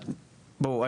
בואו,